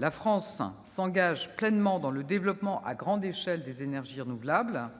La France s'engage pleinement dans le développement à grande échelle des énergies renouvelables. Ainsi,